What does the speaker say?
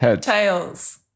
tails